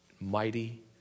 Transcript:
mighty